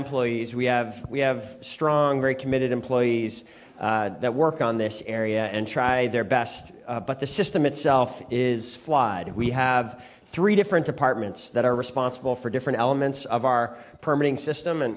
employees we have we have strong very committed employees that work on this area and tried their best but the system itself is flied and we have three different departments that are responsible for different elements of our permitting system and